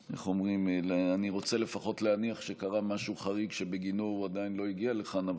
אני רוצה לפחות להניח שקרה משהו חריג שבגינו הוא עדיין לא הגיע לכאן.